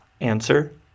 Answer